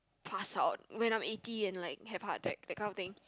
pass out when I'm eighty and like have heart attack that kind of thing